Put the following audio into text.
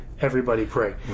everybody-pray